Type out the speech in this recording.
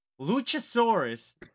Luchasaurus